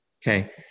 Okay